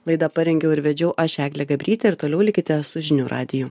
laidą parengiau ir vedžiau aš eglė gabrytė ir toliau likite su žinių radiju